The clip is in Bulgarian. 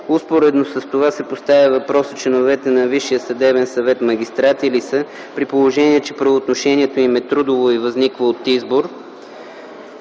Успоредно с това се поставя въпросът членовете на Висшия съдебен съвет магистрати ли са, при положение, че правоотношението им е трудово и възниква от избор